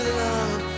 love